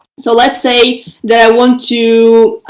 so let's say that i want to,